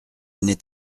n’est